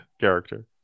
character